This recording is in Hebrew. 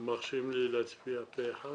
אתם מרשים לי להצביע פה אחד?